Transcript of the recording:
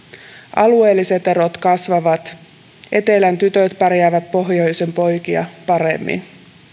alueelliset erot kasvavat etelän tytöt pärjäävät pohjoisen poikia paremmin